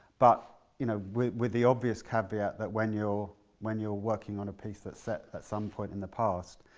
but you know with the obvious caveat that when you're when you're working on a piece that's set at some point in the past,